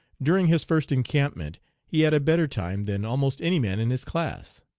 during his first encampment he had a better time than almost any man in his class.